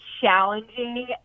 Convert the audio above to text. challenging